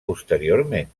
posteriorment